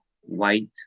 white